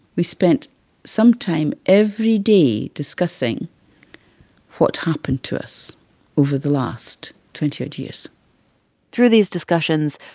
we spent some time every day discussing what happened to us over the last twenty odd years through these discussions,